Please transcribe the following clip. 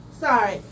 Sorry